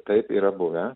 taip yra buvę